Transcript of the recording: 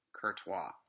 Courtois